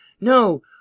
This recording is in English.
No